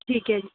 ਠੀਕ ਹੈ ਜੀ